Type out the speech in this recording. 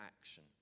action